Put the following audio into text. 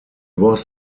was